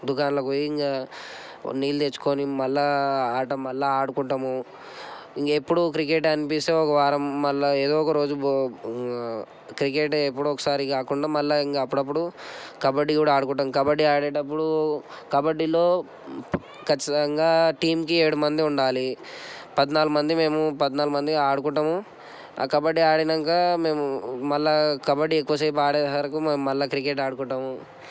దుకాణంలోకి పోయి ఇంకా నీళ్ళు తెచ్చుకొని మళ్ళీ ఆట మళ్ళీ ఆట ఆడుకుంటము ఇంకా ఎప్పుడు క్రికెట్ అనిపిస్తే ఒక వారం మళ్ళీ ఏదో ఒక రోజు బో క్రికెట్ ఎప్పుడో ఒకసారి కాకుండా మళ్ళీ ఇంకా అప్పుడప్పుడు కబడ్డీ కూడా ఆడుకుంటాము కబడ్డీ ఆడేటప్పుడు కబడ్డీలో ఖచ్చితంగా టీంకి ఏడు మంది ఉండాలి పద్నాలుగు మంది మేము పద్నాలుగు మంది ఆడుకుంటాము కబడ్డీ ఆ ఆడినాక మేము కబడ్డీ ఎక్కువసేపు ఆడే సరికి మేము మళ్ళీ క్రికెట్ ఆడుకుంటాము